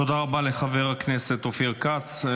תודה רבה לחבר הכנסת אופיר כץ.